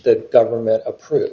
the government approved